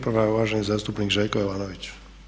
Prva je uvaženi zastupnik Željko Jovanović.